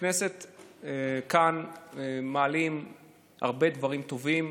בכנסת כאן מעלים הרבה דברים טובים,